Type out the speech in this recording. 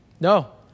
no